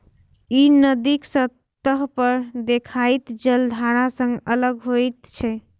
ई नदीक सतह पर देखाइत जलधारा सं अलग होइत छै